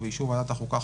ובאישור ועדת החוקה,